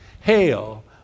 Hail